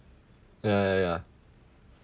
ya ya ya